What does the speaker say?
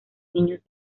niños